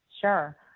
Sure